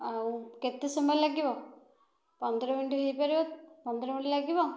ଆଉ କେତେ ସମୟ ଲାଗିବ ପନ୍ଦର ମିନିଟ ହୋଇପାରିବ ପନ୍ଦର ମିନିଟ ଲାଗିବ